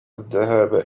الذهاب